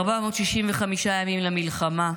465 ימים למלחמה,